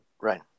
Right